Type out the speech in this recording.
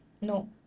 No